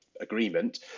agreement